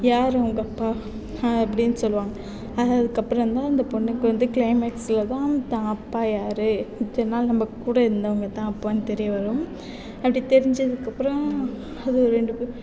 யார் உங்கள் அப்பா அப்படினு சொல்லுவாங்க அதுக்கப்புறம் தான் அந்த பொண்ணுக்கு வந்து கிளைமேக்ஸ்சில் தான் தான் அப்பா யார் இத்தனை நாள் நம்ம கூட இருந்தவங்க தான் அப்பா தெரியவரும் அப்படி தெரிஞ்சதுக்கப்புறம் அது ரெண்டு பேரும்